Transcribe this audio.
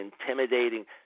intimidating